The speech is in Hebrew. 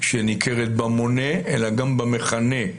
שניכרת במונה, אלא גם במכנה,